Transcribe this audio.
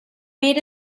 made